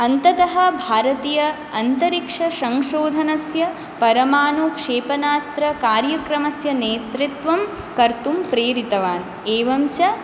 अन्ततः भारतीय अन्तरिक्षसंशोधनस्य परमाणुक्षेपणास्त्रकार्यक्रमस्य नेतृत्वं कर्तुं प्रेरितवान् एवं च